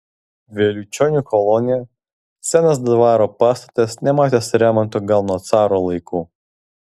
vėliučionių kolonija senas dvaro pastatas nematęs remonto gal nuo caro laikų